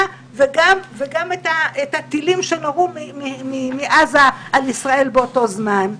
וגם אתה טילים שנורו מעזה על ישראל באותו זמן.